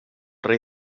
rei